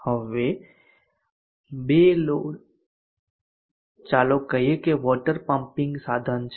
હવે લોડ 2 ચાલો કહીએ કે વોટર પમ્પિંગ સાધન છે